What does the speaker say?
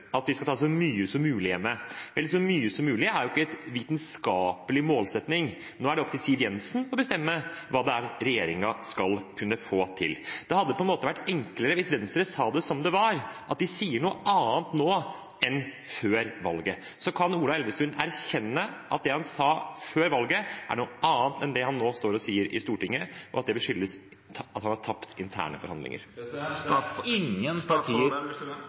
at vi skal ta så mye som mulig hjemme. Men «så mye som mulig» er ikke en vitenskapelig målsetting. Nå er det opp til Siv Jensen å bestemme hva regjeringen kan få til. Det hadde vært enklere hvis Venstre sa det som det var; at de sier noe annet nå enn før valget. Så kan Ola Elvestuen erkjenne at det han sa før valget, er noe annet enn det han nå står og sier i Stortinget, og at det skyldes at han har tapt interne forhandlinger.